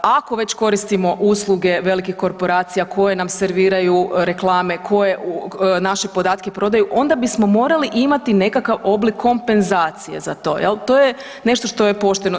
Ako već koristimo usluge velikih korporacija koje nam serviraju reklame, koje naše podatke prodaju onda bismo morali imati nekakav oblik kompenzacije za to jel, to je nešto što je pošteno.